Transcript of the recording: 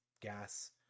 gas